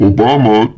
Obama